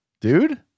dude